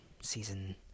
season